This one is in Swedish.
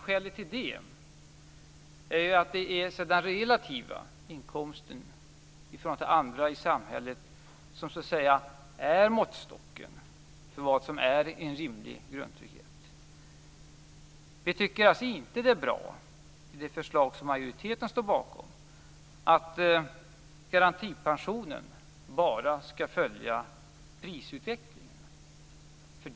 Skälet till det är att det är den relativa inkomsten i förhållande till andra i samhället som är måttstocken för vad som är en rimlig grundtrygghet. Vi tycker inte att det är bra, i det förslag som majoriteten står bakom, att garantipensionen bara skall följa prisutvecklingen.